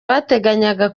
bateganyaga